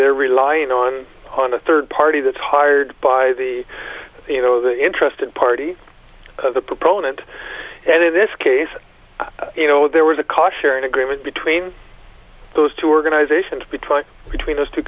they're relying on on a third party that's hired by the you know the interested parties as a proponent and in this case you know there was a car sharing agreement between those two organizations to try between those two